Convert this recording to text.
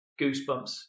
Goosebumps